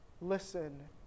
Listen